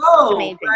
amazing